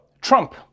Trump